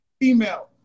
female